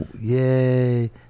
Yay